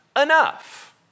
enough